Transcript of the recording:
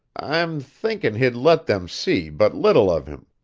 i'm thinking he'd let them see but little of him.